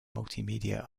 multimedia